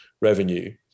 revenue